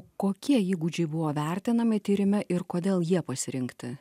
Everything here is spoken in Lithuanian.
kokie įgūdžiai buvo vertinami tyrime ir kodėl jie pasirinkti